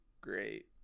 Great